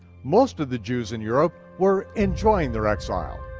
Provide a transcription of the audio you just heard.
most of the jews in europe were enjoying their exile.